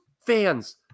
fans